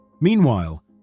Meanwhile